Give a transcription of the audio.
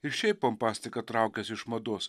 ir šiaip pompastika traukiasi iš mados